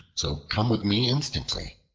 so come with me instantly.